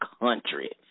country